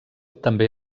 també